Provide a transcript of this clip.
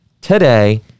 today